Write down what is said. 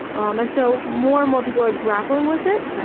um and so more and more people are grappling with it,